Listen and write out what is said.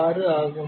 6 ஆகும்